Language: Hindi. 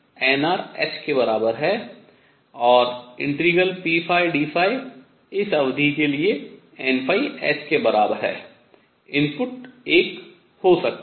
और ∫pdϕ इस अवधि के लिए nh के बराबर है इनपुट एक हो सकता है